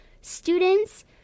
students